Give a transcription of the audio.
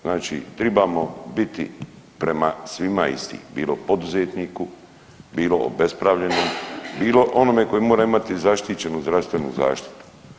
Znači, tribamo biti prema svima isti bilo poduzetniku, bilo obespravljenom, bilo onome koji mora imati zaštićenu zdravstvenu zaštitu.